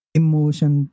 emotion